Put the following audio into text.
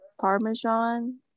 Parmesan